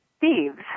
thieves